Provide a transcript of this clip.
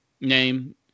name